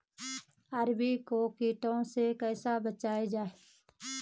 अरबी को कीटों से कैसे बचाया जाए?